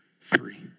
Three